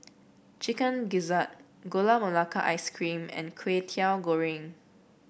Chicken Gizzard Gula Melaka Ice Cream and Kway Teow Goreng